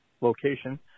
location